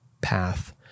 path